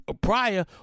prior